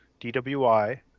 dwi